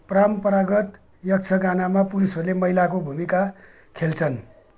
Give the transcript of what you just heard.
परम्परागत यक्षगानमा पुरुषहरूले महिलाको भूमिका खेल्छन्